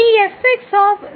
ഈ 00